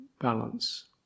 balance